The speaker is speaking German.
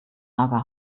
ärger